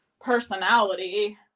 personality